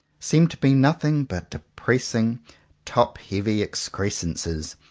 seem to be nothing but de pressing top-heavy excrescences,